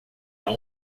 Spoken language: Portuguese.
não